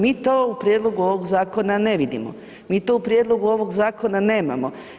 Mi to u prijedlogu ovog zakona ne vidimo, mi to u prijedlogu ovoga zakona nemamo.